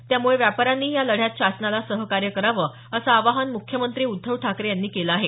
त्यामुळे व्यापाऱ्यांनीही या लढ्यात शासनाला सहकार्य करावं असं आवाहन मुख्यमंत्री उद्धव ठाकरे यांनी केलं आहे